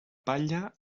palla